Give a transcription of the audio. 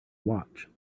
watch